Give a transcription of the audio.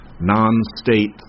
non-state